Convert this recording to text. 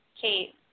Kate